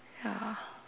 ya